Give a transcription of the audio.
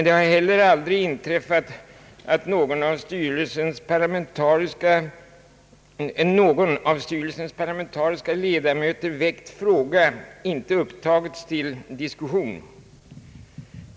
Det har heller aldrig inträffat att någon av styrelsens parlamentariska ledamöter väckt fråga inte upptagits till diskussion.